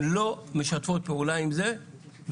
הם לא משתפות פעולה עם זה וחבל,